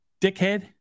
dickhead